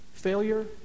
failure